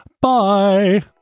bye